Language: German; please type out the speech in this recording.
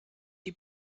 die